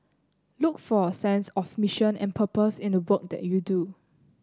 look for a sense of mission and purpose in the work that you do